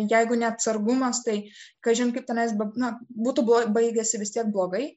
jeigu ne atsargumas tai kažin kaip tenais na būtų buvę baigiasi vistiek blogai